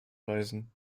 reisen